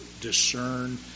discern